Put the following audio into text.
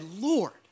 Lord